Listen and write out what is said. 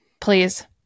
Please